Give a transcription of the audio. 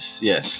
yes